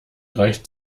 reicht